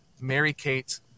Mary-Kate